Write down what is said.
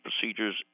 procedures